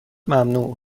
ممنوع